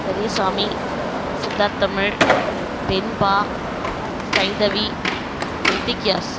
Periyasamy Subhatamil Venba Saindhavi Rithikyas